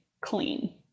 clean